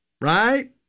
Right